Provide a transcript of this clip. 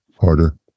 harder